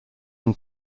than